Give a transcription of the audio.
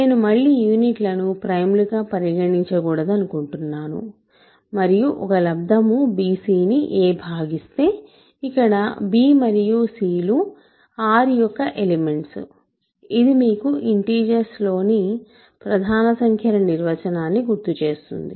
నేను మళ్ళీ యూనిట్లను ప్రైమ్లుగా పరిగణించకూడదనుకుంటున్నాను మరియు ఒక లబ్దము bc ని a భాగిస్తే ఇక్కడ b మరియు c లు R యొక్క ఎలిమెంట్స్ ఇది మీకు ఇంటీజర్స్ లోని ప్రధాన సంఖ్యల నిర్వచనాన్ని గుర్తుచేస్తుంది